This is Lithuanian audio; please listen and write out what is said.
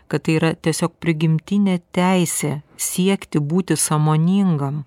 kad tai yra tiesiog prigimtinė teisė siekti būti sąmoningam